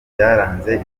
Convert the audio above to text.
byaranze